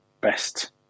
best